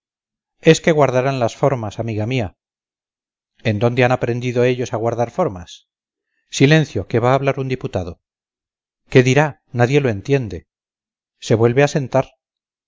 es que guardarán las formas amiga mía en dónde han aprendido ellos a guardar formas silencio que va a hablar un diputado qué dirá nadie lo entiende se vuelve a sentar